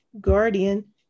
guardian